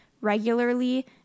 regularly